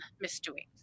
misdoings